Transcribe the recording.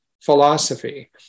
philosophy